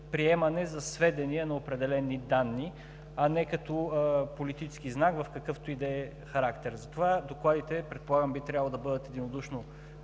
приемане за сведение на определени данни, а не като политически знак от какъвто и да е характер. Затова докладите, предполагам, би трябвало да бъдат единодушно